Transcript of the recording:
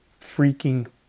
freaking